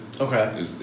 Okay